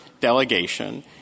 delegation